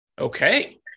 Okay